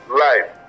life